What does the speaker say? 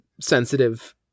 sensitive